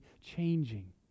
changing